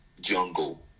jungle